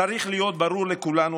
צריך להיות ברור לכולנו,